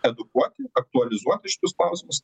edukuoti aktualizuoti šitus klausimus